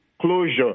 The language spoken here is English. closure